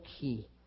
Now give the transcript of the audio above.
key